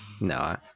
No